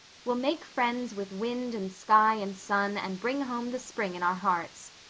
we'll make friends with wind and sky and sun, and bring home the spring in our hearts.